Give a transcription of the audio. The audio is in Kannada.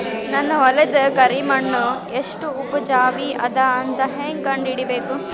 ನನ್ನ ಹೊಲದ ಕರಿ ಮಣ್ಣು ಎಷ್ಟು ಉಪಜಾವಿ ಅದ ಅಂತ ಹೇಂಗ ಕಂಡ ಹಿಡಿಬೇಕು?